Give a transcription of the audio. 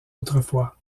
autrefois